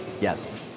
yes